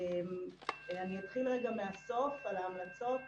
אני אתחיל מהסוף, על ההמלצות.